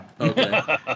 Okay